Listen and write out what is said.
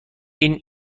این